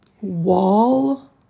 wall